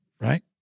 right